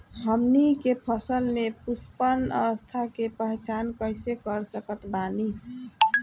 हमनी के फसल में पुष्पन अवस्था के पहचान कइसे कर सकत बानी?